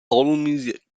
allmusic